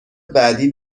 بعدی